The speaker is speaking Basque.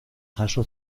jaso